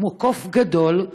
כמו קוף גדול,